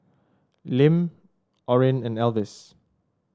Lim Orrin and Elvis